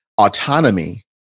Autonomy